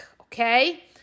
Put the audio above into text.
okay